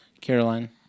Caroline